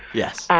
yes. um